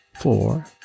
four